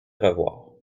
revoir